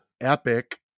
Epic